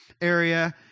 area